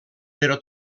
però